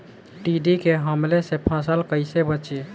टिड्डी के हमले से फसल कइसे बची?